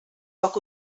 poc